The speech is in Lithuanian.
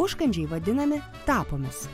užkandžiai vadinami tapomis